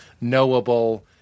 knowable